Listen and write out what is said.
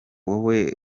wowe